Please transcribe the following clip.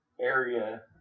area